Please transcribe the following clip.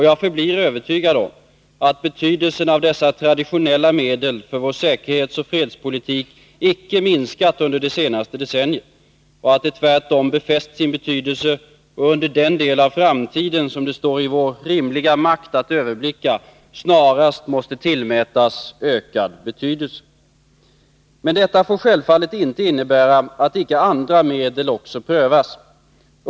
Jag förblir övertygad om att betydelsen av dessa traditionella medel för vår säkerhetsoch fredspolitik icke har minskat under det senaste decenniet, utan att dessa medel tvärtom befäst sin betydelse och att de under den del av framtiden som det rimligen står i vår makt att överblicka snarast måste tillmätas ökad betydelse. Men detta får självfallet icke innebära att icke också andra medel prövas.